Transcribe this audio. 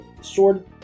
sword